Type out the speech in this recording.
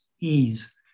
ease